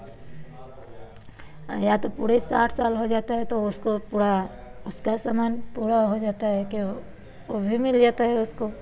या तो पूरे साठ साल हो जाता है तो उसको पूरा उसका सामान पूरा हो जाता है के वह वह भी मिल जाता है उसको